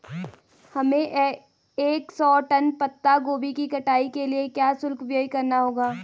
हमें एक सौ टन पत्ता गोभी की कटाई के लिए क्या शुल्क व्यय करना होगा?